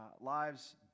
lives